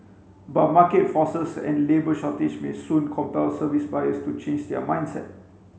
but market forces and labour shortage may soon compel service buyers to change their mindset